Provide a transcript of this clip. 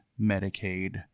Medicaid